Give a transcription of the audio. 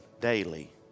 daily